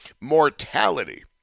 Mortality